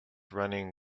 running